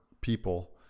people